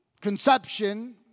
conception